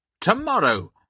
tomorrow